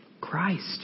Christ